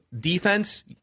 defense